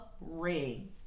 ring